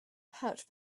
pouch